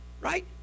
right